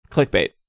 Clickbait